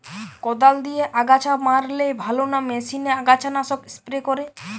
কদাল দিয়ে আগাছা মারলে ভালো না মেশিনে আগাছা নাশক স্প্রে করে?